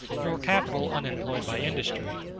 nor capital unemployed by industry.